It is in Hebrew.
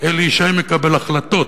אלי ישי מקבל החלטות,